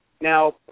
Now